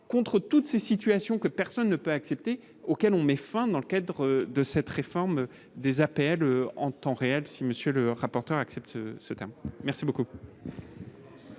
contre toutes ces situations que personne ne peut accepter auquel on met fin dans le cadre de cette réforme des APL en temps réel si monsieur le rapporteur accepte cette merci beaucoup.